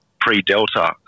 pre-Delta